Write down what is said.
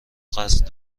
قصد